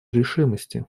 решимости